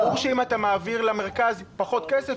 ברור שאם אתה מעביר למרכז פחות כסף,